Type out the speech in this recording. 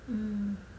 mm